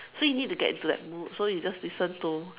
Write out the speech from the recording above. so you need to get into that mood so you just listen to